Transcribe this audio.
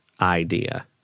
idea